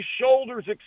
shoulders